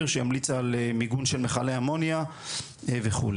שהמליצה על מיגון של מיכלי אמוניה וכו'.